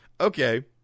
Okay